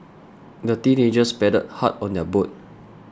the teenagers paddled hard on their boat